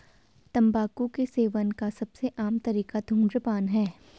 तम्बाकू के सेवन का सबसे आम तरीका धूम्रपान है